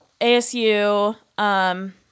ASU